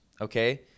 okay